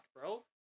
bro